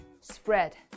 spread